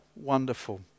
wonderful